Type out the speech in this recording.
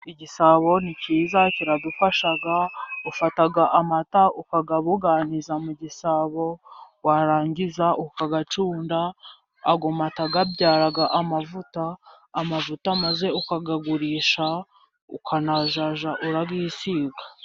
Igisabo ni cyiza, kiradufasha. Ufata amata, ukayabuganiza mu gisabo, warangiza ukayacunda. Ayo mata abyara amavuta, amavuta maze ukayagurisha, ukazajya urayisiga.